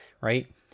right